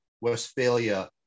westphalia